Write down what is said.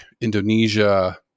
Indonesia